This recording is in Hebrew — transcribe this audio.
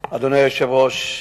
היושב-ראש,